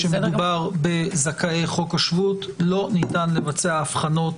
כשמדובר בזכאי חוק השבות לא ניתן לבצע הבחנות.